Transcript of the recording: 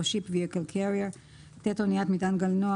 ship vehicle carrier/ אניית מטען גלנוע